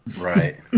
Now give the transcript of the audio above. right